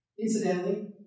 Incidentally